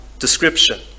description